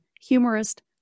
humorist